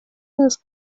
las